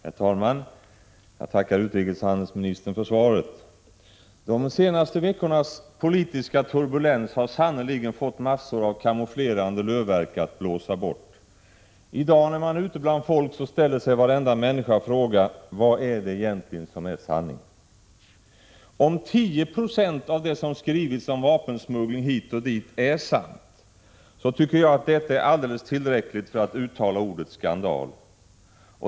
Herr talman! Jag tackar utrikeshandelsministern för svaret. De senaste veckornas politiska turbulens har sannerligen fått massor av kamouflerande lövverk att blåsa bort. När man i dag är ute bland folk frågar varenda människa: Vad är det som egentligen är sanning? Om 10 96 av det som har skrivits om vapensmuggling hit och dit är sant, tycker jag att det är alldeles tillräckligt för att man skall kunna uttala ordet skandal.